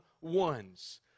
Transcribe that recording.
ones